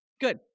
Good